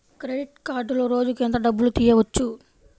Credit కార్డులో రోజుకు ఎంత డబ్బులు తీయవచ్చు?